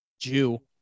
Jew